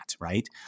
right